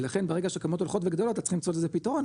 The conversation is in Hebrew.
ולכן ברגע שכמיות הולכות וגדלות אתה צריך למצוא לזה פתרון,